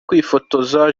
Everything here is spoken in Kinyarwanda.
kwifotoza